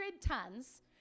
tons